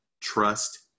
trust